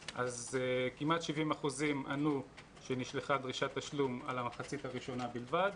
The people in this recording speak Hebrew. כמעט 70% ענו שנשלחה דרישת תשלום על המחצית הראשונה בלבד.